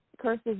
curses